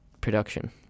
production